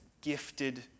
gifted